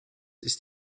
ist